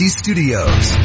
studios